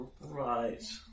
Right